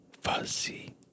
fuzzy